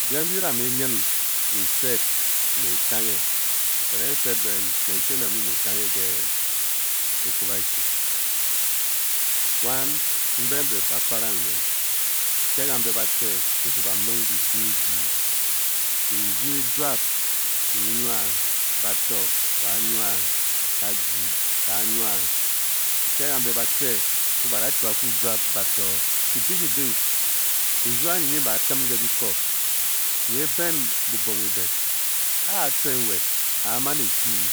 Biem mbi be da me eyin e-sed. ne e-tanghe, ereghe nyi n-sed ben me n-chi oned mu mo tanghe ke ekwabashi buan mbe be ba franghe me n-kia kambe batce m-fu ba mung be bae edu. erughe e-juap e-juna. batu ba juna. ka ji k-jura, n-kia kambe bafce bada chi baku juap mbe ba tien ke biko nyi e-ben bnbong e-be. A-tce nwed a-a-man e-kwu